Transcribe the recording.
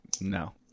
No